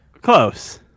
Close